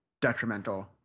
detrimental